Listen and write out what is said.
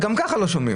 אבל גם ככה לא שומעים,